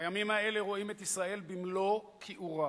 הימים האלה רואים את ישראל במלוא כיעורה,